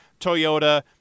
Toyota –